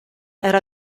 era